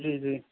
جی جی